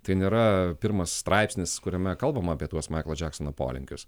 tai nėra pirmas straipsnis kuriame kalbama apie tuos maiklo džeksono polinkius